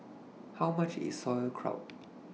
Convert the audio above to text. How much IS Sauerkraut